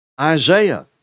Isaiah